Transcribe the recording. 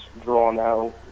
drawn-out